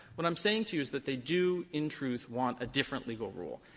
what i'm saying to you is that they do, in truth, want a different legal rule,